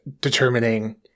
determining